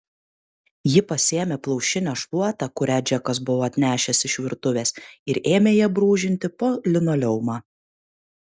ji pasiėmė plaušinę šluotą kurią džekas buvo atnešęs iš virtuvės ir ėmė ja brūžinti po linoleumą